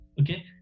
Okay